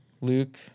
Luke